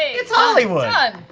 it's hollywood!